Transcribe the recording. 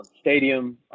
Stadium